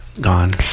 gone